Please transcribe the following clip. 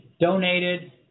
donated